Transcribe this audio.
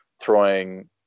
throwing